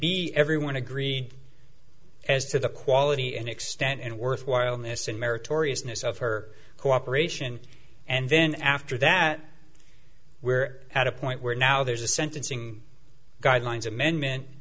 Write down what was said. be everyone agreed as to the quality and extent and worthwhileness and meritorious news of her cooperation and then after that we're at a point where now there's a sentencing guidelines amendment